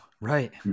right